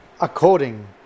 according